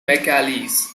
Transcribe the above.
mcaleese